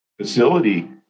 facility